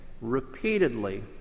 repeatedly